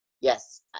yes